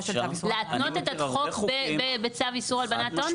להתנות את החוק בצו איסור הלבנת הון?